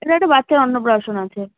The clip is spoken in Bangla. এখানে একটা বাচ্চার অন্নপ্রাশন আছে